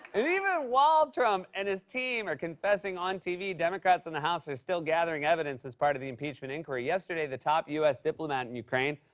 and even while trump and his team are confessing on tv, democrats in the house are still gathering evidence as part of the impeachment inquiry. yesterday, the top us diplomat in ukraine,